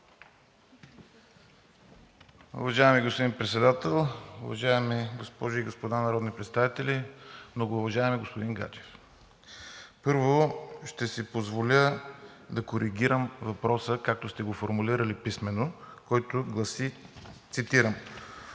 Уважаеми господин Председател, уважаеми госпожи и господа народни представители! Многоуважаеми господин Гаджев, първо, ще си позволя да коригирам въпроса, както сте го формулирали писмено, който гласи, цитирам: